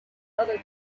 other